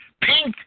Pink